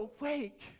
awake